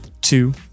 Two